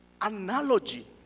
analogy